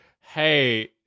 hey